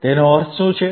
તેનો અર્થ શું છે